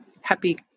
happy